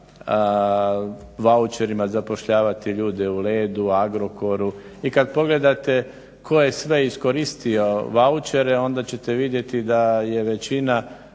vaučerima zapošljavati ljude u LEDO-u, AGROKOR-u i kad pogledate tko je sve iskoristio vaučere onda ćete vidjeti da je većina